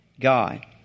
God